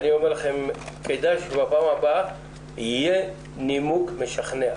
אני אומר לכם שכדאי שבפעם הבאה יהיה נימוק משכנע.